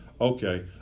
Okay